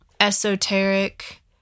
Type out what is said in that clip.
esoteric